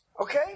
Okay